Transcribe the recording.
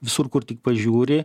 visur kur tik pažiūri